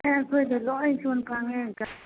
ꯑꯦ ꯑꯩꯈꯣꯏꯗꯨ ꯂꯣꯏ ꯁꯨꯅ ꯐꯪꯏ